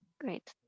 Great